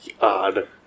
Odd